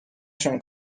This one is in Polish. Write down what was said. się